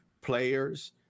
players